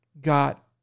got